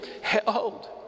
held